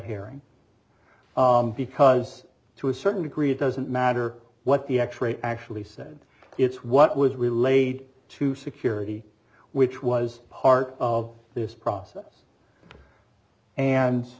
herring because to a certain degree it doesn't matter what the x ray actually said it's what was relayed to security which was part of this process and